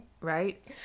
right